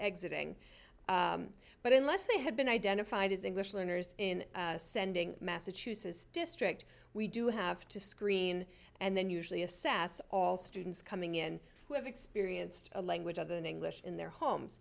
exiting but unless they had been identified as english learners in ascending massachusetts district we do have to screen and then usually assess all students coming in who have experienced a language other than english in their homes